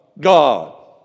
God